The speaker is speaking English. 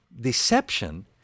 deception